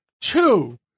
Two